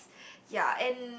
ya and